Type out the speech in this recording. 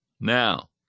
Now